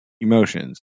emotions